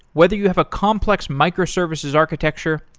whether you have a complex microservices architecture,